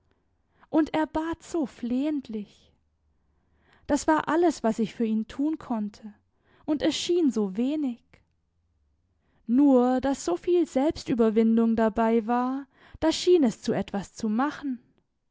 und er bat so flehentlich das war alles was ich für ihn tun konnte und es schien so wenig nur daß so viel selbstüberwindung dabei war das schien es zu etwas zu machen